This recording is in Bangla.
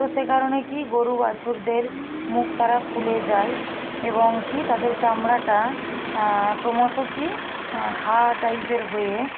তো সে কারণে কি গরু বাছুরদের মুখ তারা ফুলে যায় এবং কী তাদের চামড়াটা ক্রমশ কী ঘা টাইপের হয়ে